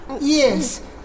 Yes